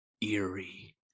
eerie